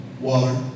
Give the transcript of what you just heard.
Water